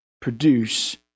produce